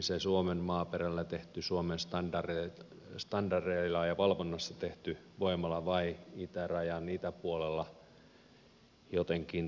se suomen maaperällä tehty suomen standardeilla ja valvonnassa tehty voimala vai itärajan itäpuolella jotenkin toimiva ydinvoimala